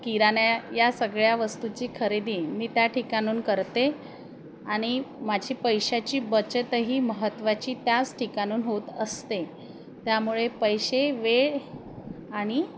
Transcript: किराणा या सगळ्या वस्तूची खरेदी मी त्या ठिकाणाहून करते आणि माझी पैशाची बचतही महत्त्वाची त्याच ठिकाणाहून होत असते त्यामुळे पैसे वेळ आणि